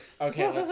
Okay